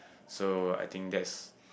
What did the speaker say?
so I think that's